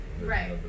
Right